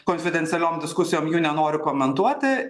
konfidencialiom diskusijom jų nenoriu komentuoti